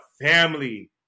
family